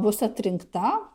bus atrinkta